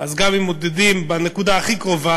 אז גם אם מודדים בנקודה הכי קרובה,